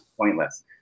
pointless